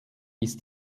ist